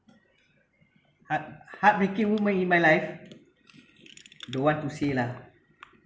heart~ heartbreaking moment in my life don't want to say lah